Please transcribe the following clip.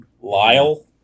Lyle